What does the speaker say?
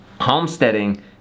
homesteading